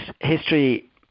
history